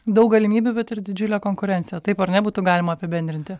daug galimybių bet ir didžiulė konkurencija taip ar ne būtų galima apibendrinti